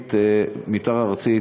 תוכנית מתאר ארצית.